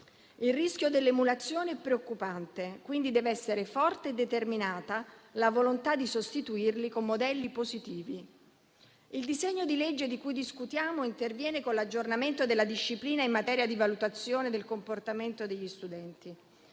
Il rischio dell'emulazione è preoccupante. Quindi, deve essere forte e determinata la volontà di sostituire tali modelli con altri positivi. Il disegno di legge di cui discutiamo interviene con l'aggiornamento della disciplina in materia di valutazione del comportamento degli studenti,